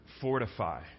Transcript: fortify